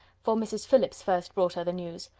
for mrs. phillips first brought her the news.